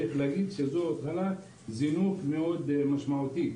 זה זינוק מאוד משמעותי,